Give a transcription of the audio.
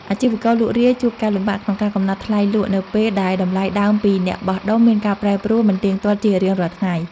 អាជីវករលក់រាយជួបការលំបាកក្នុងការកំណត់ថ្លៃលក់នៅពេលដែលតម្លៃដើមពីអ្នកបោះដុំមានការប្រែប្រួលមិនទៀងទាត់ជារៀងរាល់ថ្ងៃ។